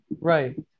Right